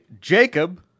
Jacob